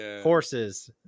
horses